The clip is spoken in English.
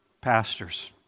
Pastors